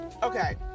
okay